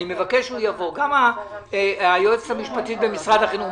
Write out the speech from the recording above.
גם היועצת המשפטית של משרד החינוך.